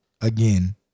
again